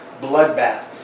bloodbath